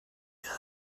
ihrem